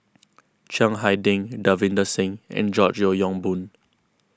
Chiang Hai Ding Davinder Singh and George Yeo Yong Boon